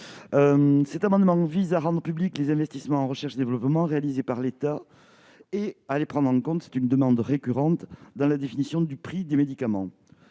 Cet amendement vise à rendre publics les investissements en recherche et développement réalisés par l'État et à les prendre en compte- il s'agit d'une demande récurrente -dans la définition du prix des médicaments.